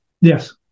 yes